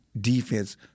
defense